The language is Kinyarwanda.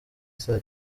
saa